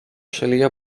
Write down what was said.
šalyje